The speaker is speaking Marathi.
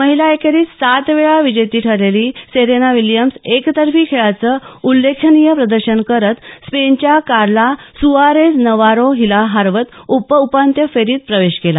महिला एकेरीत सात वेळा विजेती ठरलेली सेरेना विल्यम्सनं एकतर्फी खेळाचं उल्लेखनीय प्रदर्शन करत स्पेनच्या कार्ला सुआरेझ नवारो हिला हरवत उपउपांत्य फेरीत प्रवेश केला